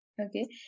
Okay